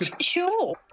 Sure